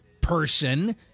person